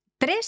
tres